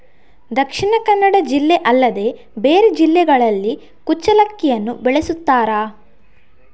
ದಕ್ಷಿಣ ಕನ್ನಡ ಜಿಲ್ಲೆ ಅಲ್ಲದೆ ಬೇರೆ ಜಿಲ್ಲೆಗಳಲ್ಲಿ ಕುಚ್ಚಲಕ್ಕಿಯನ್ನು ಬೆಳೆಸುತ್ತಾರಾ?